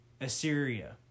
Assyria